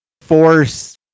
force